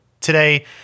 today